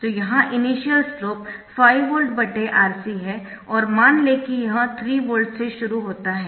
तो यहां initial slope 5VRC है और मान लें कि यह 3 वोल्ट से शुरू होता है